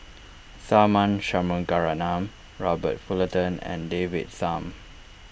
Tharman Shanmugaratnam Robert Fullerton and David Tham